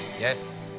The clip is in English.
Yes